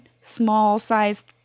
small-sized